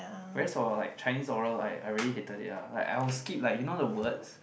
whereas for uh like Chinese oral like I really hated it lah like I will skip like you know the words